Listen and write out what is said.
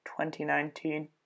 2019